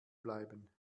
bleiben